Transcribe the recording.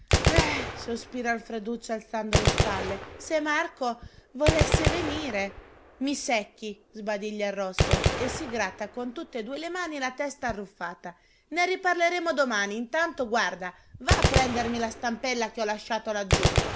eh sospira alfreduccio alzando le spalle se marco volesse venire i secchi sbadiglia il rosso e si gratta con tutt'e due le mani la testa arruffata ne riparleremo domani intanto guarda va a prendermi la stampella che ho lasciato laggiù